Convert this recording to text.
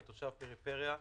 כתושב פריפריה,